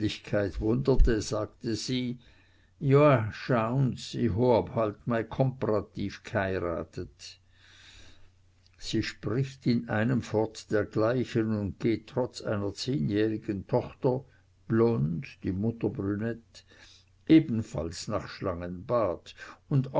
sagte sie joa schaun s i hoab halt mei komp'rativ g'heirat't sie spricht in einem fort dergleichen und geht trotz einer zehnjährigen tochter blond die mutter brünett ebenfalls nach schlangenbad und